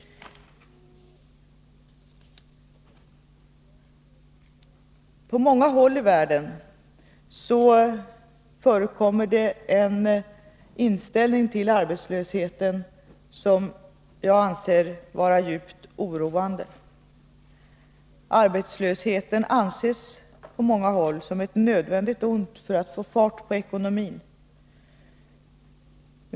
På många håll i världen förekommer det en inställning till arbetslösheten som jag anser vara djupt oroande. Arbetslösheten anses på många håll som ett nödvändigt ont för att få fart på ekonomin.